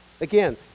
Again